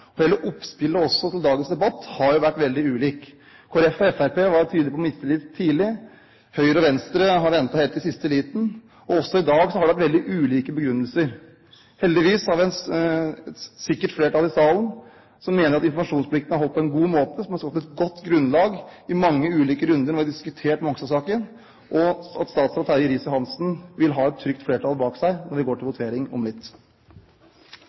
opposisjonspartiene. Hele oppspillet til dagens debatt har vært veldig ulikt. Kristelig Folkeparti og Fremskrittspartiet var tydelige på mistillit tidlig, Høyre og Venstre har ventet helt til siste liten. Også i dag har det vært veldig ulike begrunnelser. Heldigvis har vi et sikkert flertall i salen som mener at informasjonsplikten er overholdt på en god måte og har skapt et godt grunnlag i mange ulike runder når vi har diskutert Mongstad-saken, og statsråd Terje Riis-Johansen vil ha et trygt flertall bak seg når vi går til votering om litt.